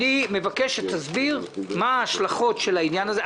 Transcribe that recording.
אני מבקש שתסביר מה ההשלכות של העניין הזה.